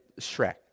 Shrek